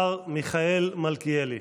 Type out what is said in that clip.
השר מיכאל מלכיאלי.